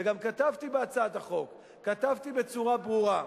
וגם כתבתי בהצעת החוק, כתבתי בצורה ברורה,